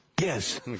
Yes